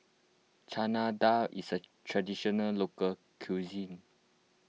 Chana Dal is a Traditional Local Cuisine